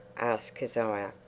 asked kezia.